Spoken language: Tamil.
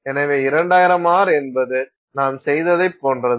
எனவே 2000 r என்பது நாம் செய்ததைப் போன்றது